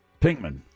Pinkman